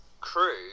crew